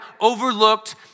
overlooked